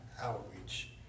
outreach